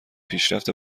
پیشرفت